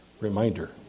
reminder